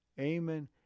amen